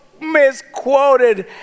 misquoted